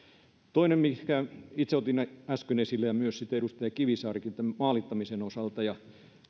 toinen on se minkä itse otin äsken esille myös edustaja kivisaari tämän maalittamisen osalta ehkä